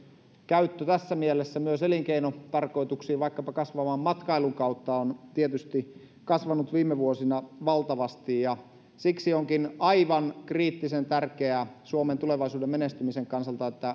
käyttö tässä mielessä myös elinkeinotarkoituksiin vaikkapa kasvavan matkailun kautta on tietysti kasvanut viime vuosina valtavasti siksi onkin aivan kriittisen tärkeää suomen tulevaisuuden menestymisen kannalta että